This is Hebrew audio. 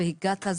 והגעת.